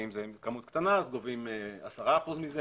שאם זה כמות קטנה אז גובים 10% מזה,